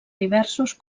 diversos